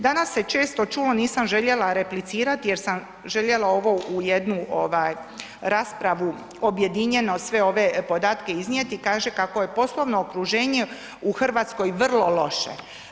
Danas se često čulo, nisam željela replicirati jer sam željela ovo u jednu raspravu objedinjeno sve ove podatke iznijeti, kaže kako je poslovno okruženje u Hrvatskoj vrlo loše.